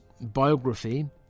biography